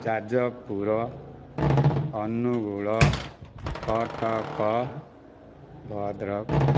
Jajpur Angul Cuttack Bhadrak